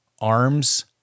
arms